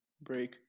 Break